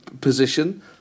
position